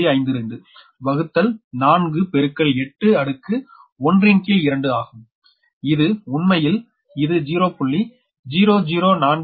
52 வகுத்தல் 4 பெருக்கல் 8 அடுக்கு ஒன்றின் கீழ் இரண்டு ஆகும் இது உண்மையில் இது 0